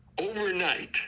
overnight